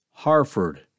Harford